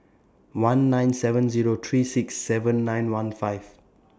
one nine seven Zero three six seven nine one five